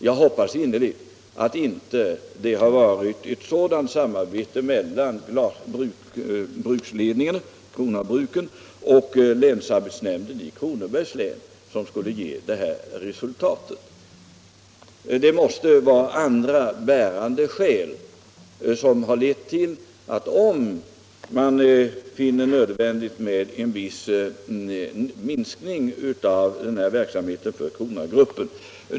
Jag hoppas innerligt att det här resultatet inte beror på ett samarbete mellan glasbruksledningen för Kronagruppen och länsarbetsnämnden i Kronobergs län. Det måste finnas andra bärande skäl till att man finner det nödvändigt med en viss minskning av den här verksamheten för Kronagruppen.